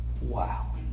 Wow